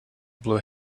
blue